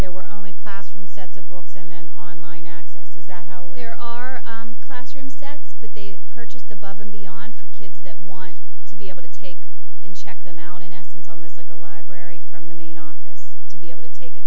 there were only classroom sets of books and then online access is that how there are classroom sets but they purchased above and beyond for kids that want to be able to take in check them out in essence almost like a library from the main office to be able to take a